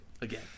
again